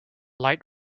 light